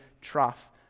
trough